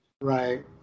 Right